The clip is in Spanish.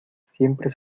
siempre